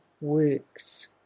works